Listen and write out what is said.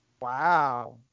Wow